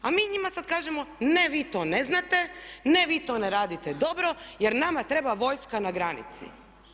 A mi njima sada kažemo ne vi to ne znate, ne vi to ne radite dobro jer nama treba vojska na granici.